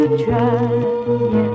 try